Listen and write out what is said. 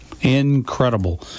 Incredible